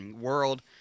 world